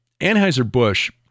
Anheuser-Busch